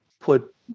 put